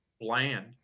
bland